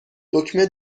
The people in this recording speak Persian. دکمه